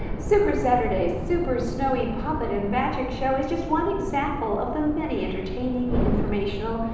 super saturday's super snowy puppet and magic show is just one example of the many entertaining, informational,